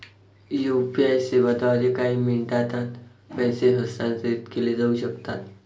UPI सेवांद्वारे काही मिनिटांत पैसे हस्तांतरित केले जाऊ शकतात